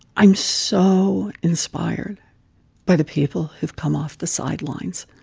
i'm so inspired by the people who've come off the sidelines,